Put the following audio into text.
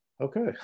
okay